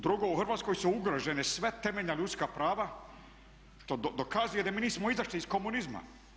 Drugo, u Hrvatskoj su ugrožena sva temeljna ljudska prava što dokazuje da mi nismo izašli iz komunizma.